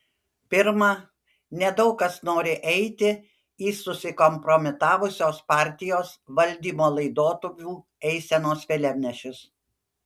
pirma nedaug kas nori eiti į susikompromitavusios partijos valdymo laidotuvių eisenos vėliavnešius